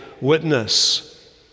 witness